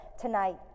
tonight